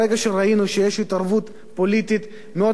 ברגע שראינו שיש התערבות פוליטית מאוד